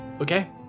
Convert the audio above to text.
Okay